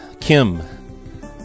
Kim